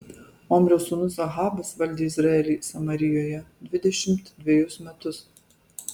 omrio sūnus ahabas valdė izraelį samarijoje dvidešimt dvejus metus